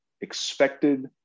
expected